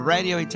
Radio